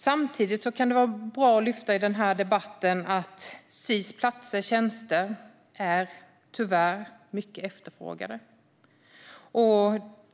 Samtidigt kan det vara bra att lyfta fram i debatten att Sis platser och tjänster tyvärr är mycket efterfrågade.